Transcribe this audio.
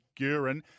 Guren